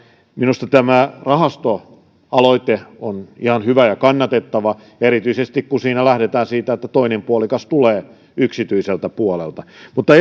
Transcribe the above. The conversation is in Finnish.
minusta tämä rahastoaloite on ihan hyvä ja kannatettava erityisesti kun siinä lähdetään siitä että toinen puolikas tulee yksityiseltä puolelta mutta